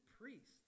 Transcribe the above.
priests